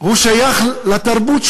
שייך לתרבות שלנו,